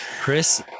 chris